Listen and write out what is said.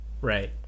right